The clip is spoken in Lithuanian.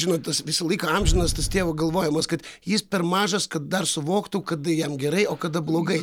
žinot tas visąlaik amžinas tas tėvo galvojimas kad jis per mažas kad dar suvoktų kada jam gerai o kada blogai